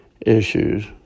Issues